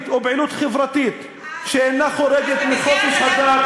ופעילות חברתית שאינה חורגת מחופש הדת,